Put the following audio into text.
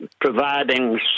providing